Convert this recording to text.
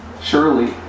Surely